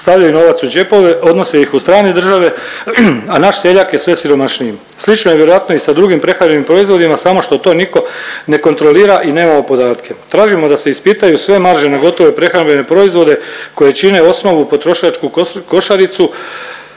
stavljaju novac u džepove, odnose ih u strane države, a naš seljak je sve siromašniji. Slično je vjerojatno i sa drugim prehrambenim proizvodima samo što to niko ne kontrolira i nemamo podatke. Tražimo da se ispitaju sve marže na gotove prehrambene proizvode koje čine osnovnu potrošačku košaricu